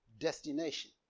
destination